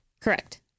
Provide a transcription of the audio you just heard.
Correct